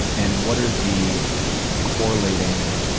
and what are the correlating